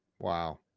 Wow